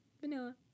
vanilla